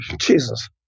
Jesus